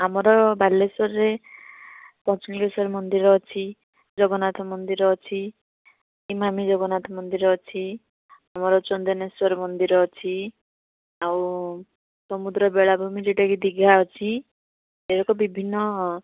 ଆମର ବାଲେଶ୍ୱରରେ ପଞ୍ଚଲିଙ୍ଗେଶ୍ୱର ମନ୍ଦିର ଅଛି ଜଗନ୍ନାଥ ମନ୍ଦିର ଅଛି ଇମାମି ଜଗନ୍ନାଥ ମନ୍ଦିର ଅଛି ଆମର ଚନ୍ଦନେଶ୍ୱର ମନ୍ଦିର ଅଛି ଆଉ ସମୁଦ୍ର ବେଳାଭୂମି ଯେଉଁଟାକି ଦିଘା ଅଛି ଏରାକ ବିଭିନ୍ନ